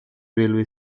railway